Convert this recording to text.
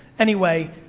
anyway,